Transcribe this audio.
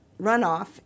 runoff